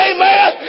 Amen